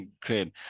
Great